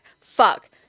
fuck